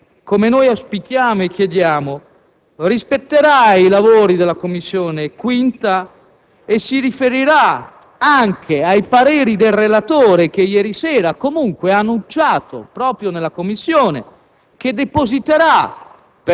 Se il Governo, come noi auspichiamo e chiediamo, rispetterà i lavori della 5a Commissione e si riferirà anche ai pareri del relatore, che ieri sera comunque ha annunciato proprio nella Commissione